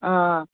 آ